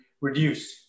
reduce